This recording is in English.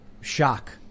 shock